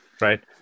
right